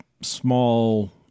small